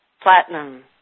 platinum